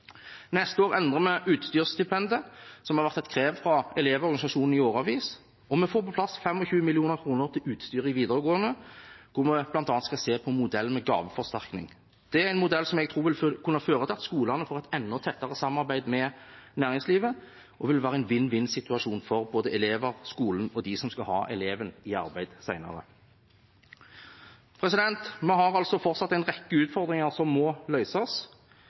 Neste år endrer vi utstyrsstipendet, som har vært et krav fra Elevorganisasjonen i årevis, og vi får på plass 25 mill. kr til utstyr i videregående, hvor vi bl.a. skal se på modellen med gaveforsterkning. Det er en modell som jeg tror vil kunne føre til at skolene får et enda tettere samarbeid med næringslivet og være en vinn-vinn-situasjon for både eleven, skolen og de som skal ha eleven i arbeid senere. Vi har altså fortsatt en rekke utfordringer som må løses.